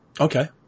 Okay